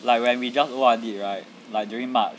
like when we just O_R_D right like during march